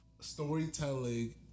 storytelling